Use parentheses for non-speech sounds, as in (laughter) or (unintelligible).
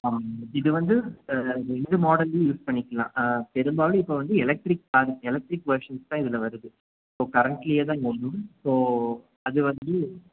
(unintelligible) இது வந்து ரெண்டு மாடல்லையும் யூஸ் பண்ணிக்கலாம் பெரும்பாலும் இப்போ வந்து எலெக்ட்ரிக் கார் எலெக்ட்ரிக் வெர்ஷன்ஸ் தான் இதில் வருது ஸோ கரெண்ட்ல தான் (unintelligible) ஸோ அது வந்து